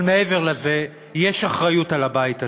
אבל מעבר לזה, יש אחריות על הבית הזה,